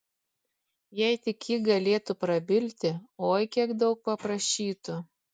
jei tik ji galėtų prabilti oi kiek daug paprašytų